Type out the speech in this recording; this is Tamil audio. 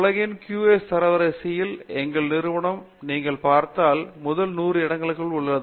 உலகின் QS தரவரிசையில் எங்கள் நிறுவனம் நீங்கள் பார்த்தால் முதல் 100 இடங்களுக்கு உள்ளே இருக்கும்